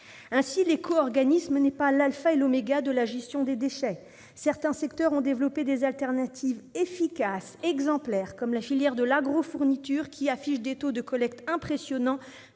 Ainsi, l'éco-organisme n'est pas l'alpha et l'oméga de la gestion des déchets. Certains secteurs ont développé des alternatives efficaces et exemplaires, comme la filière de l'agrofourniture, qui affiche des taux de collecte impressionnants,